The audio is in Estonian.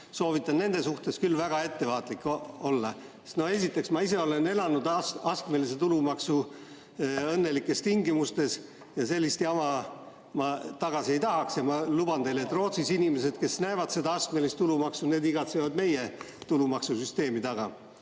soovitan nende suhtes küll väga ettevaatlik olla. Esiteks, ma ise olen elanud astmelise tulumaksu õnnelikes tingimustes ja sellist jama ma tagasi ei tahaks. Ma luban teile, et Rootsis inimesed, kes näevad seda astmelist tulumaksu, igatsevad meie tulumaksusüsteemi taga.